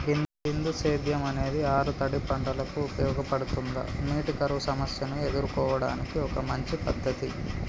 బిందు సేద్యం అనేది ఆరుతడి పంటలకు ఉపయోగపడుతుందా నీటి కరువు సమస్యను ఎదుర్కోవడానికి ఒక మంచి పద్ధతి?